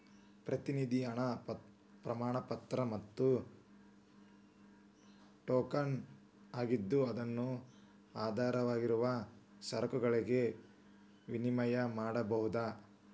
ಪ್ರತಿನಿಧಿ ಹಣ ಪ್ರಮಾಣಪತ್ರ ಮತ್ತ ಟೋಕನ್ ಆಗಿದ್ದು ಅದನ್ನು ಆಧಾರವಾಗಿರುವ ಸರಕುಗಳಿಗೆ ವಿನಿಮಯ ಮಾಡಕೋಬೋದು